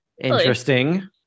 Interesting